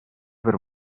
per